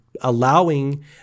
allowing